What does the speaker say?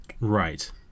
Right